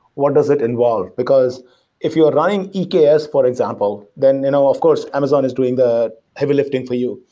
what does it involve? because if you are running yeah eks, for example, then you know of course, amazon is doing the heavy lifting for you,